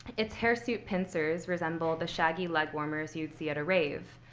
its hirsute pincers resemble the shaggy legwarmers you'd see at a rave.